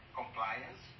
compliance